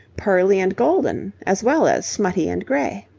pearly and golden as well as smutty and grey.